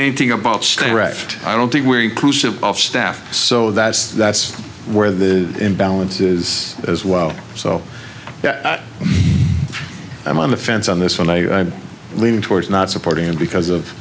anything about stretched i don't think we're inclusive of staff so that that's where the imbalance is as well so that i'm on the fence on this one i lean towards not supporting him because of